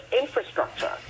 infrastructure